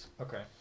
Okay